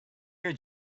your